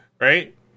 right